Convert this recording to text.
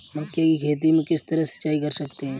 मक्के की खेती में किस तरह सिंचाई कर सकते हैं?